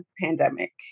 pandemic